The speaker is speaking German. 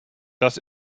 das